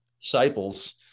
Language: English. disciples